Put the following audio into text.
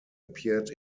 appeared